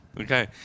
Okay